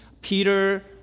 Peter